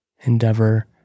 endeavor